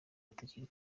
atakiri